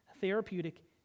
therapeutic